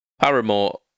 Paramore